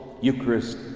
Eucharist